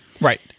Right